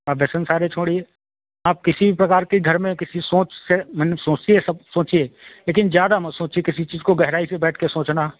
आप व्यसन सारे छोड़िए आप किसी भी प्रकार की घर में किसी सोच से मने सोचिए सब सोचिए लेकिन ज़्यादा मत सोचिए किसी चीज को गहराई से बैठ के सोचना